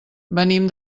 venim